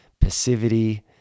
passivity